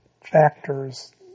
factors